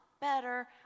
better